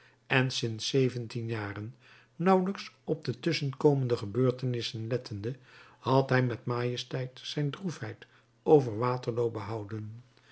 en sinds zeventien jaren nauwelijks op de tusschenkomende gebeurtenissen lettende had hij met majesteit zijn droefheid over waterloo behouden